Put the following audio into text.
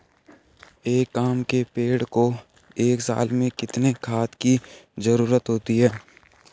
एक आम के पेड़ को एक साल में कितने खाद की जरूरत होती है?